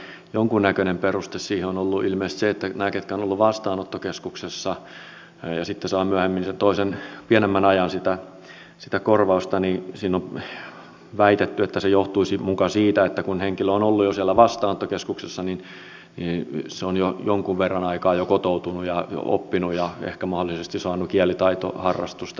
mutta jonkunnäköinen peruste siihen on ollut ilmeisesti se että näiden kohdalla jotka ovat olleet vastaanottokeskuksessa ja sitten saavat myöhemmin sen toisen pienemmän ajan sitä korvausta on väitetty että se johtuisi muka siitä että kun henkilö on ollut jo siellä vastaanottokeskuksessa niin hän on jo jonkun verran aikaa kotoutunut ja oppinut ja ehkä mahdollisesti saanut kielitaitoharrastusta ja näin edelleen